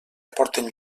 aporten